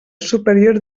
superior